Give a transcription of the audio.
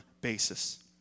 basis